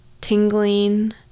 tingling